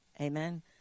Amen